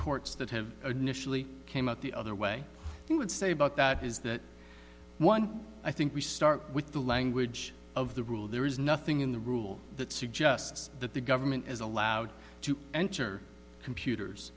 courts that have initially came out the other way would say about that is that one i think we start with the language of the rule there is nothing in the rule that suggests that the government is allowed to enter computers